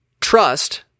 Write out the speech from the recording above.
Trust